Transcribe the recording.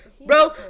Bro